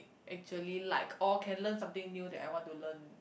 actually like or can learn something new that I want to learn